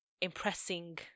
Impressing